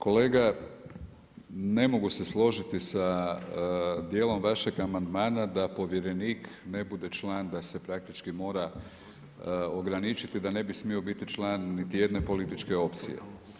Kolega ne mogu se složiti sa dijelom vašeg amandmana da povjerenik ne bude član da se praktički mora ograničiti da ne bi smio biti član niti jedne političke opcije.